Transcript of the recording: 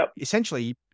essentially